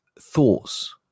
thoughts